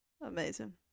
Amazing